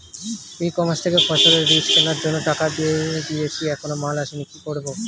ই commerce থেকে ফসলের বীজ কেনার জন্য টাকা দিয়ে দিয়েছি এখনো মাল আসেনি কি করব?